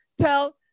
tell